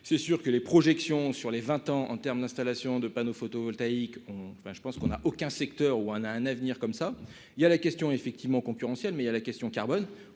c'est sûr que les projections sur les 20 ans en termes d'installation de panneaux photovoltaïques ont enfin je pense qu'on a aucun secteur où on a un avenir, comme ça il y a la question effectivement concurrentiel mais à la question : carbone,